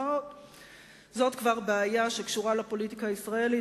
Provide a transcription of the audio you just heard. זאת כבר בעיה שקשורה לפוליטיקה הישראלית